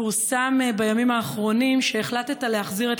פורסם בימים האחרונים שהחלטת להחזיר את